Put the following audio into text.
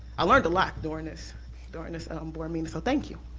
i learned a lot during this during this ah um board meeting, so thank you.